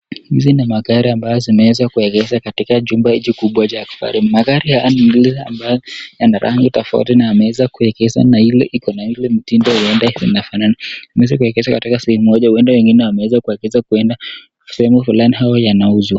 Hizi ni magari ambazo zimeweza kuegeshwa katika jumba hiki kubwa cha kifahari, magari haya ambayo yana rangi tofauti na yameweza kuegeshwa na zikona mtindo ambao huenda zinafanana, zimeweza kuegeshwa katika sehemu moja huenda wengine wameeza kuegeza kuenda sehemu fulani au yanauzwa.